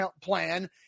plan